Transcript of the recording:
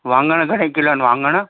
वाङण घणे किलो आहिनि वाङण